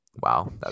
Wow